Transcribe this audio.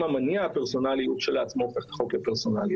המניע הפרסונלי הוא כשלעצמו חוק פרסונלי.